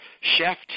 chef